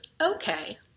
Okay